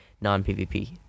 non-pvp